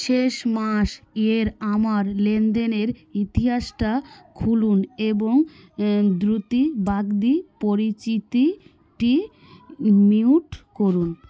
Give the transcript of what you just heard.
শেষ মাস এর আমার লেনদেনের ইতিহাসটা খুলুন এবং দ্রুতি বাগদি পরিচিতিটি মিউট করুন